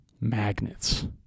Magnets